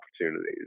opportunities